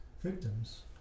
victims